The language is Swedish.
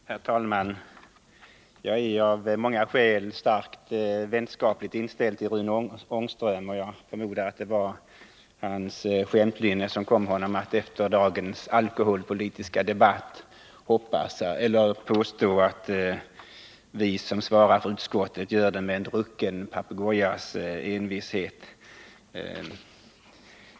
Herr talman! Jag är av många skäl mycket vänskapligt inställd till Rune Ångström, och jag förmodar att det var hans skämtlynne som kom honom att efter dagens alkoholpolitiska debatt påstå att vi som svarar för utskottet upprepar våra påståenden med en drucken papegojas envishet.